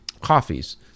coffees